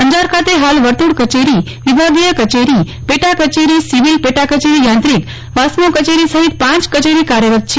અંજાર ખાતે ફાલ વર્તુળ કચેરી વિભાગીય કચેરી પેટા કચેરી સિવિલ પેટા કચેરી યાંત્રિક વાસ્મો કચેરી સફિત પાંચ કચેરી કાર્યરત છે